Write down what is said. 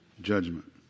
judgment